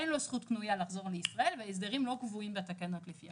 אין לו זכות קנויה לחזור לישראל וההסדרים לא קבועים בתקנות לפי החוק.